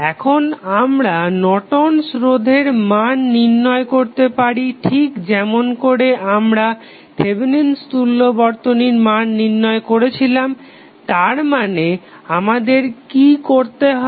এখন আমরা নর্টন'স রোধের Nortons resistance মান নির্ণয় করতে পারি ঠিক যেমন করে আমরা থেভেনিন তুল্য বর্তনীর মান নির্ণয় করেছিলাম তারমানে আমাদের কি করতে হবে